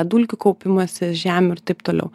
dulkių kaupimąsi žemių ir taip toliau